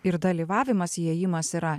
ir dalyvavimas įėjimas yra